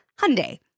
Hyundai